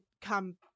come